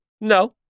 No